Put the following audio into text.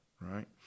right